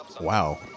Wow